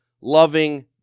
loving